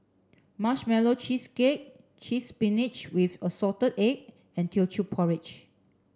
marshmallow cheesecake cheese spinach with assorted egg and Teochew Porridge